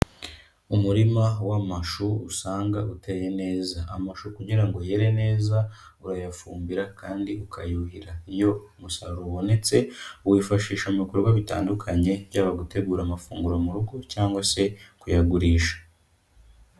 Umurima w'amashu usanga uteye neza, amashu kugira ngo yerere neza urayafumbira kandi ukayuhira, iyo umusaruro ubonetse uwifashisha mu bikorwa bitandukanye byaba gutegura amafunguro mu rugo cyangwa se kuyagurisha.